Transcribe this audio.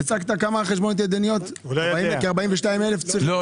אמרת כ-42 אלף חשבוניות ידניות.